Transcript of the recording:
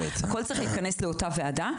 הכול צריך להיכנס לאותה הוועדה.